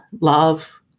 love